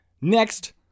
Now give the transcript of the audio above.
Next